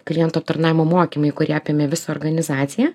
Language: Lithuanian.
klientų aptarnavimo mokymai kurie apėmė visą organizaciją